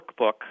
workbook